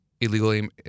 illegal